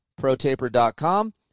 ProTaper.com